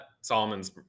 Solomon's